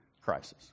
crisis